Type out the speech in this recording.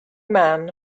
man